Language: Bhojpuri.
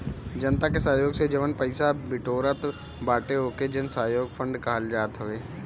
जनता के सहयोग से जवन पईसा बिटोरात बाटे ओके जनसहयोग फंड कहल जात हवे